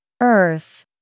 Earth